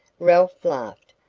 ralph laughed.